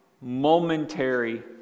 momentary